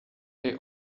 they